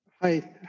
Hi